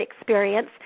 experience